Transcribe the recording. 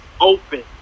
open